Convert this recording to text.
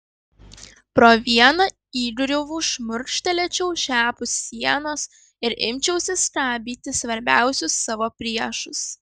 pro vieną įgriuvų šmurkštelėčiau šiapus sienos ir imčiausi skabyti svarbiausius savo priešus